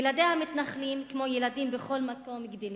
ילדי המתנחלים, כמו ילדים בכל מקום, גדלים,